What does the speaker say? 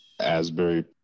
Asbury